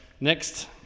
Next